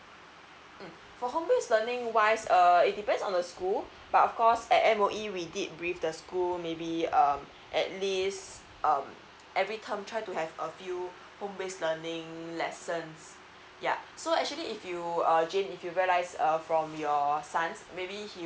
mm for home base learning wise uh it depends on the school but of course at M_O_E we did brief the school maybe um at least um every term try to have err few home base learning lessons yeah so actually if you uh jane if you realise err from your sons maybe he